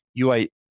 UI